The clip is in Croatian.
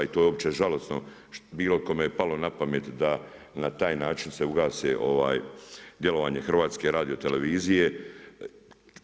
I to je uopće žalosno bilo kome je palo na pamet da na taj način se ugase djelovanje HRT-a.